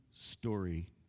story